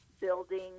building